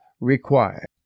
required